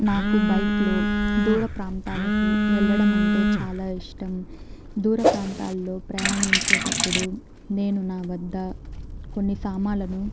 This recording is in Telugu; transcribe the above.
నాకు బైక్లో దూర ప్రాంతాలకు వెళ్ళడం అంటే చాలా ఇష్టం దూర ప్రాంతాల్లో ప్రయాణించేటప్పుడు నేను నా వద్ద కొన్ని సామాన్లను